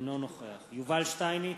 אינו נוכח יובל שטייניץ,